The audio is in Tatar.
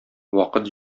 вакыт